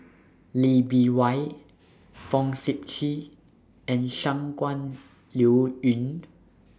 Lee Bee Wah Fong Sip Chee and Shangguan Liuyun